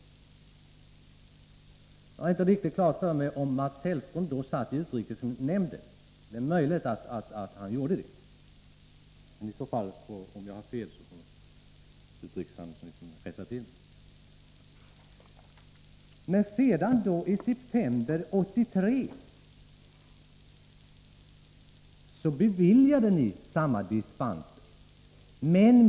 Jag har inte riktigt klart för mig om Mats Hellström då var ledamot av utrikesnämnden, men om så inte var fallet, får utrikeshandelsministern rätta mig. I september 1983 beviljade ni alltså dessa dispenser.